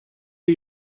are